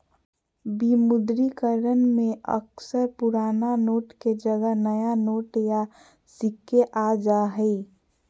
विमुद्रीकरण में अक्सर पुराना नोट के जगह नया नोट या सिक्के आ जा हइ